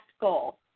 goal